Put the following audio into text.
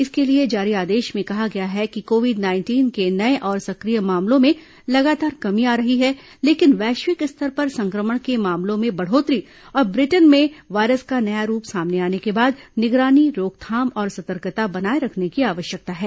इसके लिए जारी आदेश में कहा गया है कि कोविड नाइंटीन के नए और सक्रिय मामलों में लगातार कमी आ रही है लेकिन वैश्विक स्तर पर संक्रमण के मामलों में बढ़ोतरी और ब्रिटेन में वायरस का नया रूप सामने आने के बाद निगरानी रोकथाम और सतर्कता बनाए रखने की आवश्यकता है